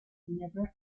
never